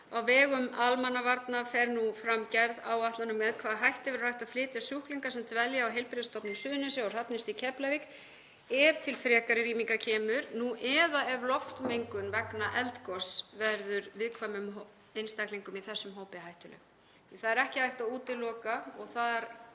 Á vegum almannavarna fer nú fram gerð áætlana um með hvaða hætti verði hægt að flytja sjúklinga sem dvelja á Heilbrigðisstofnun Suðurnesja og Hrafnistu í Keflavík ef til frekari rýminga kemur eða ef loftmengun vegna eldgoss verður viðkvæmum einstaklingum í þessum hópi hættuleg. Það er ekki hægt að útiloka, og þar